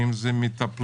אם אלו המטפלות,